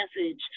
message